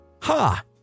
Ha